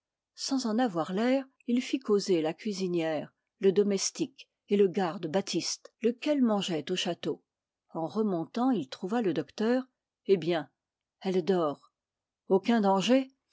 sans en avoir l'air il fit causer la cuisinière le domestique et le garde baptiste lequel mangeait au château en remontant il trouva le docteur eh bien elle dort aucun danger